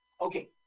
okay